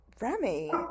remy